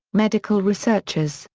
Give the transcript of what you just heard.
medical researchers,